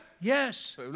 Yes